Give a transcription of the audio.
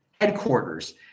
headquarters